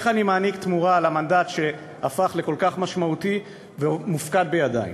איך אני מעניק תמורה למנדט שהפך לכל כך משמעותי והוא מופקד בידי?